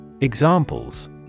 Examples